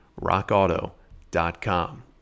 rockauto.com